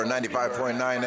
95.9